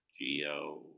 Geo